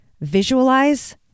visualize